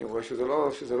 אני רואה שזה לא זה.